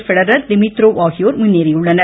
Federer Dimitrov ஆகியோர் முன்னேறியுள்ளனர்